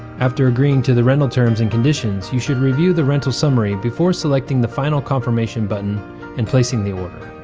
after agreeing to the rental terms and conditions, you should review the rental summary before selecting the final confirmation button and placing the order.